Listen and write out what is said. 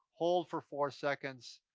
hold for four seconds,